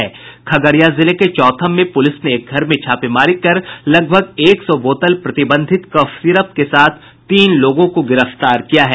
खगड़िया जिले के चौथम में पुलिस ने एक घर में छापेमारी कर लगभग एक सौ बोतल प्रतिबंधित कफ सीरप के साथ तीन लोगों को गिरफ्तार किया है